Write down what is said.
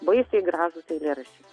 baisiai gražūs eilėraščiai